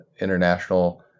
international